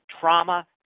trauma